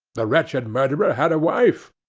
the wretched murderer had a wife,